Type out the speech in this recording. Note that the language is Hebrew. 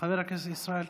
חבר הכנסת ישראל כץ.